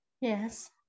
Yes